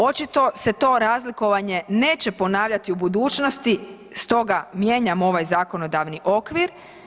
Očito se razlikovanje neće ponavljati u budućnosti stoga mijenjajmo ovaj zakonodavni okvir.